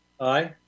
Aye